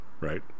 right